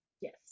yes